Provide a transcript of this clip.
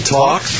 talk